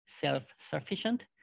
self-sufficient